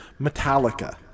Metallica